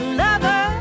lover